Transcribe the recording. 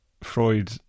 Freud